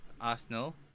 Arsenal